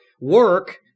Work